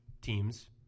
teams